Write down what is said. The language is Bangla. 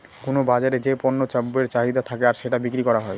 কোনো বাজারে যে পণ্য দ্রব্যের চাহিদা থাকে আর সেটা বিক্রি করা হয়